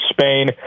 Spain